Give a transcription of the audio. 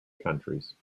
countries